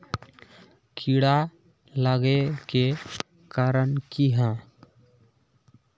कीड़ा लागे के कारण की हाँ?